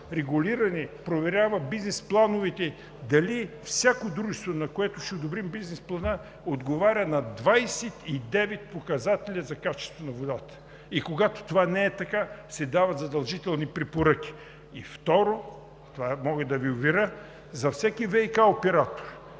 регулиране проверява бизнес плановете – дали всяко дружество, на което ще одобрим бизнес плана, отговаря на 29 показателя за качеството на водата. И когато това не е така, се дават задължителни препоръки. Второ, мога да Ви уверя, че благодарение